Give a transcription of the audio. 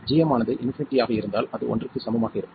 gm ஆனது infinity ஆக இருந்தால் அது ஒன்றுக்கு சமமாக இருக்கும்